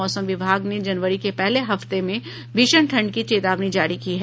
मौसम विभाग ने जनवरी के पहले हफ्ते में भीषण ठंड की चेतावनी जारी की है